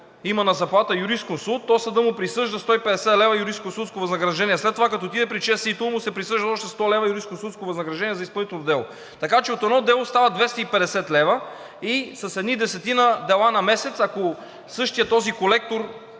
има на заплата юрисконсулт, то съдът му присъжда 150 лв. юрисконсулско възнаграждение. След това като отиде при ЧСИ-то, му се присъждат още 100 лв. юрисконсулско възнаграждение за изпълнително дело. Така че от едно дело стават 250 лв. и с едни десетина дела на месец, ако същият този колектор